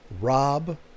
Rob